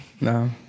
No